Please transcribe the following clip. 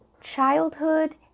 childhood